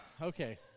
Okay